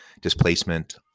displacement